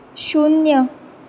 शुन्य